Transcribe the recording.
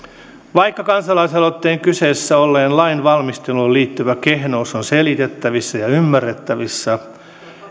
vaikka kansalaisaloitteen kyseessä olleeseen lainvalmisteluun liittyvä kehnous on selitettävissä ja ymmärrettävissä